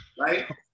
right